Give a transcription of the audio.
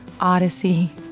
Odyssey